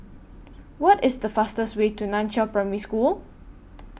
What IS The fastest Way to NAN Chiau Primary School